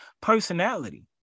personality